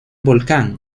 volcán